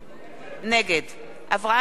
נגד אברהם דיכטר,